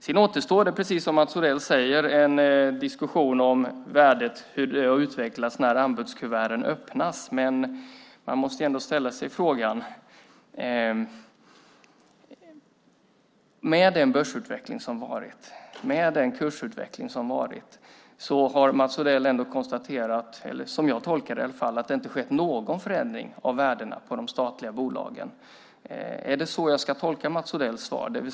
Det återstår, precis som Mats Odell säger, en diskussion om hur värdet har utvecklats när anbudskuverten öppnas. Med den börsutveckling som varit, med den kursutveckling som varit, har Mats Odell konstaterat - som jag tolkar det - att det inte har skett någon förändring på värdena av de statliga bolagen. Är det så jag ska tolka Mats Odells svar?